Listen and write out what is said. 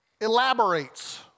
elaborates